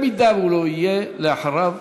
אם הוא לא יהיה, אחריו,